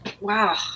wow